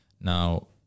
Now